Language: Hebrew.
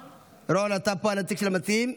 רון, אתה פה הנציג של המציעים?